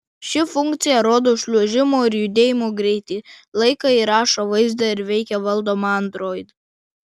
ši funkcija rodo šliuožimo ir judėjimo greitį laiką įrašo vaizdą ir veikia valdoma android